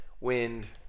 Wind